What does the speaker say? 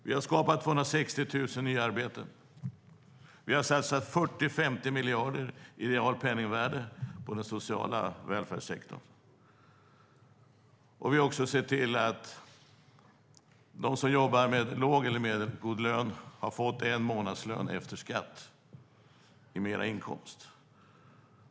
Vi har skapat 260 000 nya arbeten, vi har satsat 40-50 miljarder i realt penningvärde på den sociala välfärdssektorn och vi har sett till att de som jobbar med låg eller medelgod lön har fått ännu en månadslön efter skatt i inkomst.